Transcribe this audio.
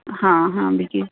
ਹਾਂ ਹਾਂ ਵਿਕੀ